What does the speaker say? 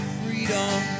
freedom